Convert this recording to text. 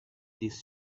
this